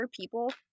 people